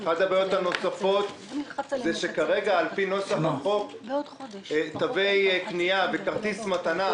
אחת הבעיות הנוספות זה שכרגע על פי נוסח החוק תווי קנייה של רשתות